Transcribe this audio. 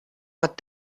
what